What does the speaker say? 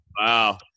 wow